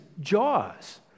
Jaws